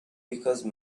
because